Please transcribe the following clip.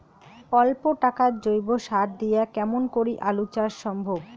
অল্প টাকার জৈব সার দিয়া কেমন করি আলু চাষ সম্ভব?